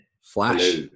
Flash